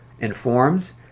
informs